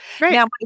Now